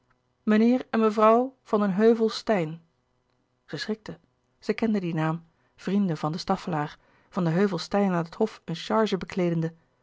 en mevrouw van den heuvel steyn zij schrikte zij kende dien naam vrienden van de staffelaer van den heuvel steyn aan het hof een charge bekleedende